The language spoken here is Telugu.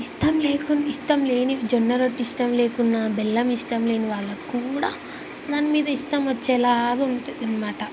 ఇష్టం లేకు ఇష్టం లేని జొన్న రొట్టిష్టం లేకున్నా బెల్లం ఇష్టం లేనివాళ్ల కూడా దాని మీద ఇష్టం వచ్చేలాగా ఉంటుందనమాట